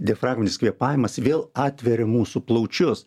diafragminis kvėpavimas vėl atveria mūsų plaučius